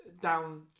down